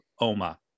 OMA